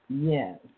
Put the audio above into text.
Yes